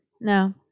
No